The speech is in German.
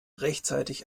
rechtzeitig